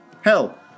Hell